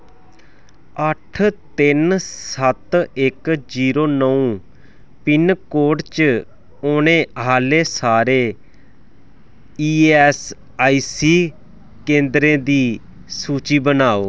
अट्ठ तिन सत्त इक जीरो नौ पिनकोड च औने आह्ले सारे ईऐस्सआईसी केंदरें दी सूची बनाओ